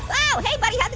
oh hey buddy, but